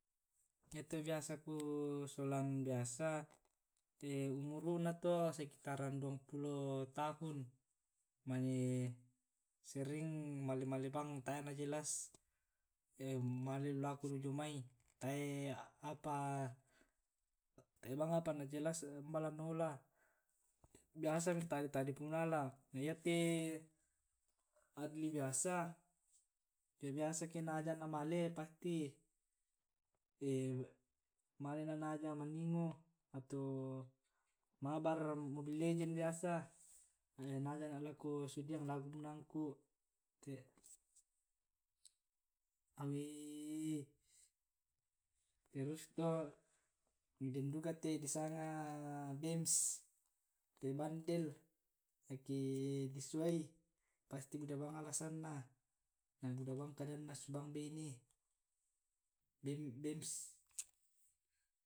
yato biasa kusolang biasa umuruna to sekitaran duangpulo tahun mane sering male male bang tae' na jelas male lu lako lu jomai tae bang apanna jelas umba la naola biasa minta'de ta'de punala na yate fadli biasa ke biasa ke na aja'na male pasti male na' na aja' maningo ato mabar mobil legend biasa na aja'na lako sudiang lako banuang ku terus to den duka te disanga bems pia bandel eke di suai pasti buda bang alasanna na buda bang kadanna susi bang baine bem bems.